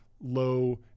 low